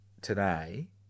today